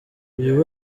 uyu